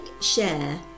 share